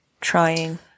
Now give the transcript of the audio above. trying